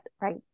right